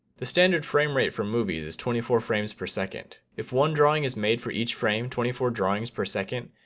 the standard frame rate for movies is twenty four frames per second. if one drawing is made for each frame twenty four drawings per second,